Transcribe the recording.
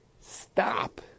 stop